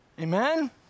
Amen